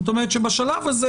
זאת אומרת שבשלב הזה,